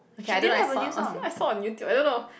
okay I don't know I saw I saw on YouTube I don't know